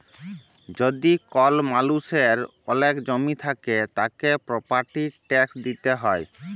যদি কল মালুষের ওলেক জমি থাক্যে, তাকে প্রপার্টির ট্যাক্স দিতে হ্যয়